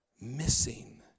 missing